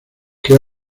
que